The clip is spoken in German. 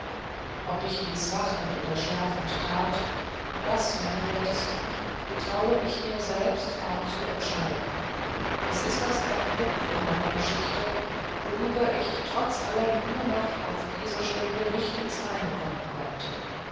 ob ich dies wachend oder schlafend tat das meine wertesten getraue ich mir selbst kaum zu entscheiden es ist das ein punkt in meiner geschichte worüber ich trotz aller mühe noch auf diese stunde nicht ins reine kommen konnte